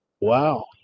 Wow